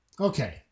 Okay